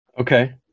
Okay